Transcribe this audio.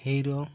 hero